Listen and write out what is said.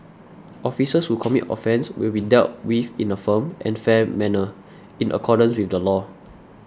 officers who commit offences will be dealt with in a firm and fair manner in accordance with the law